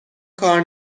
کار